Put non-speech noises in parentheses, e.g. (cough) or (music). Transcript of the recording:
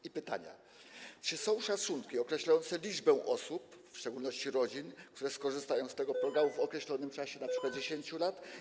I pytania: Czy są szacunki określające liczbę osób, w szczególności rodzin, które skorzystają z tego programu (noise) w określonym czasie, np. 10 lat?